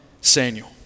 Samuel